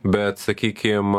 bet sakykim